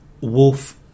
Wolf